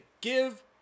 give